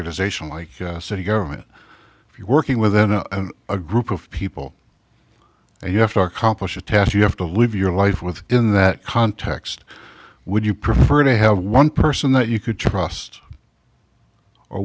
zation like city government if you're working with an a a group of people and you have to accomplish a task you have to live your life within that context would you prefer to have one person that you could trust or